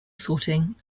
sorting